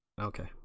Okay